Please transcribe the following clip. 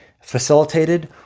facilitated